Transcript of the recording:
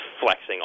flexing